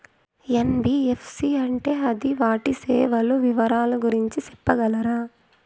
NBFC అంటే అది వాటి సేవలు వివరాలు గురించి సెప్పగలరా?